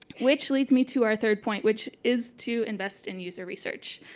which lets me to our third point, which is to invest in user research.